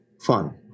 fun